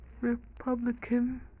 Republican